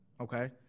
okay